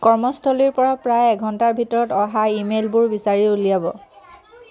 কৰ্মস্থলীৰ পৰা প্ৰায় এঘণ্টাৰ ভিতৰত অহা ইমেইলবোৰ বিচাৰি উলিয়াব